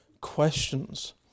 questions